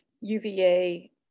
UVA